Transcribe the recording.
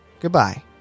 Goodbye